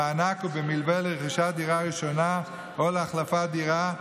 במענק ובמלווה לרכישת דירה ראשונה או להחלפת דירה,